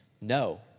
no